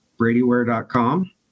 bradyware.com